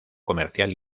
comercial